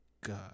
God